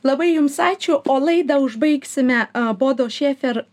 labai jums ačiū o laidą užbaigsime bodo šėfer